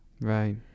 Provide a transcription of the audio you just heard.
Right